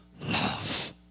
love